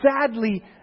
sadly